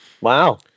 Wow